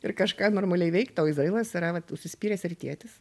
ir kažką normaliai veikt o izrailas yra vat užsispyręs rytietis